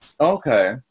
Okay